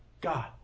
God